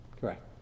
Correct